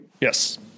Yes